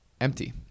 empty